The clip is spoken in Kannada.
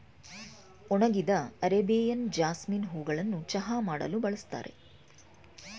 ಒಣಗಿದ ಅರೇಬಿಯನ್ ಜಾಸ್ಮಿನ್ ಹೂಗಳನ್ನು ಚಹಾ ಮಾಡಲು ಬಳ್ಸತ್ತರೆ